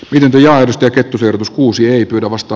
lintuja asta kettuserotus kuusi ei pyydä vasta